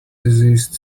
desist